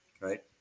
right